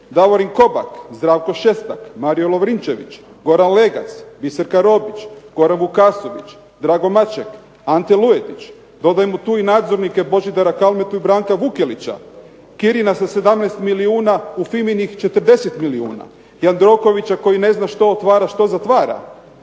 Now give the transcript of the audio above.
Davorin Kopak, Zdravko Šestak, Mario Lovrinčević, Goran Legac, Biserka Robić, Goran Vukasović, Drago Maček, Ante Luetić, dodajmo tu i nadzornike Božidara Kalmetu i Branka Vukelića, Kirina sa 17 milijuna u FIMA-inih 40 milijuna; Jandrokovića koji ne zna što otvara, što zatvara,